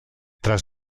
tras